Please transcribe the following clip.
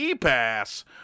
Pass